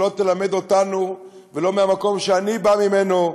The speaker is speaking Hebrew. שלא תלמד אותנו, לא מהמקום שאני בא ממנו,